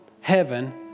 heaven